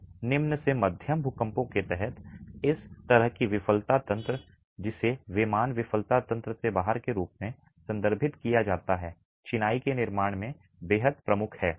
तो निम्न से मध्यम भूकंपों के तहत इस तरह की विफलता तंत्र जिसे विमान विफलता तंत्र से बाहर के रूप में संदर्भित किया जाता है चिनाई के निर्माण में बेहद प्रमुख है